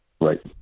Right